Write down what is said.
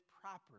properly